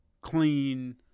clean